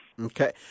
Okay